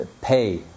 pay